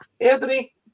Anthony